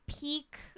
peak